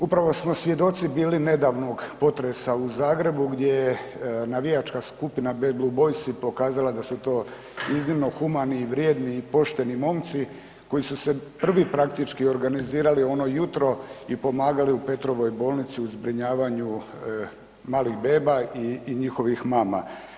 Upravo smo svjedoci bili nedavnog potresa u Zagrebu gdje je navijačka skupina Bad Blue Boysi pokazala da su to iznimno humani i vrijedni i pošteni momci koji su se prvi praktički organizirali ono jutro i pomagali u Petrovoj bolnici u zbrinjavanju malih beba i, i njihovih mama.